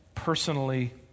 personally